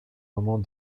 moments